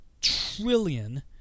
trillion